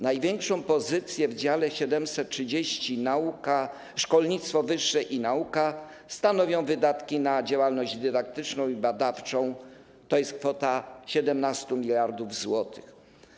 Największą pozycję w dziale 730: Szkolnictwo wyższe i nauka stanowią wydatki na działalność dydaktyczną i badawczą, tj. kwota 17 mld zł.